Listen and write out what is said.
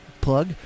plug